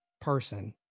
person